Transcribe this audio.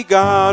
God